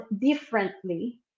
differently